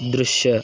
ದೃಶ್ಯ